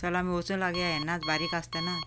चल आमी वचूंक लागया येन्नाच बारीकआसा तेन्नाच